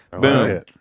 Boom